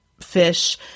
Fish